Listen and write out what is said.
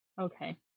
Okay